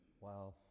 Wow